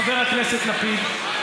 חבר הכנסת לפיד,